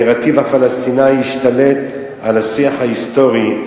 הנרטיב הפלסטיני השתלט על השיח ההיסטורי.